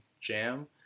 jam